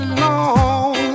long